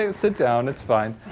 and sit down, it's fine,